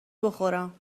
بخورم